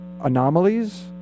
anomalies